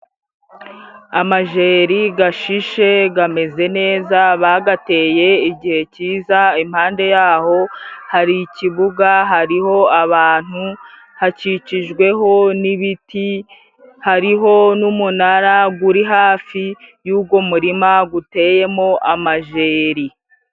Amajeri ashishe ameze neza bayateye igihe cyiza, impande y'aho hari ikibuga hariho abantu, hakikijweho n'ibiti hariho n'umunara uri hafi y'uwo murima uteyemo amajeri.